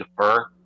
defer